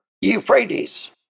Euphrates